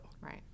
Right